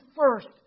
first